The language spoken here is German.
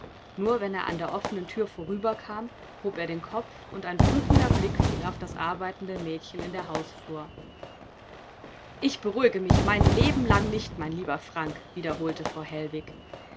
nur wenn er an der offenen thür vorüberkam hob er den kopf und ein prüfender blick fiel auf das arbeitende mädchen in der hausflur ich beruhige mich mein lebenlang nicht mein lieber frank wiederholte frau hellwig